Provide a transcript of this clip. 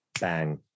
bang